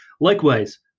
Likewise